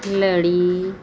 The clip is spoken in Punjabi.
ਲੜੀ